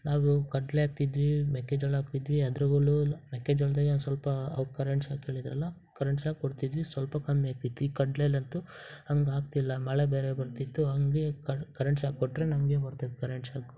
ನಾವು ಕಡಲೆ ಹಾಕ್ತಿದ್ವಿ ಮೆಕ್ಕೆಜೋಳ ಹಾಕ್ತಿದ್ವಿ ಅದ್ರುಗೊಳು ಮೆಕ್ಕೆಜೋಳ್ದಾಗೆ ಒಂದು ಸ್ವಲ್ಪ ಕರೆಂಟ್ ಶಾಕ್ ಹೇಳಿದ್ರಲ ಕರೆಂಟ್ ಶಾಕ್ ಕೊಡ್ತಿದ್ವಿ ಸ್ವಲ್ಪ ಕಮ್ಮಿ ಆಗ್ತಿತ್ತು ಈ ಕಡಲೆಲಂತೂ ಹಂಗೆ ಆಗ್ತಿಲ್ಲ ಮಳೆ ಬೇರೆ ಬರ್ತಿತ್ತು ಹಂಗೆ ಕರ್ ಕರೆಂಟ್ ಶಾಕ್ ಕೊಟ್ಟರೆ ನಮಗೆ ಬರ್ತಿತ್ತು ಕರೆಂಟ್ ಶಾಕು